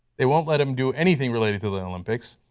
they won't let him do anything related to the olympics,